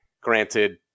Granted